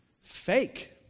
fake